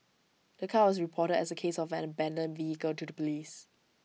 the car was reported as A case of an abandoned vehicle to the Police